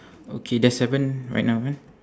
okay there's seven right now kan